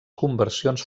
conversions